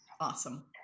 Awesome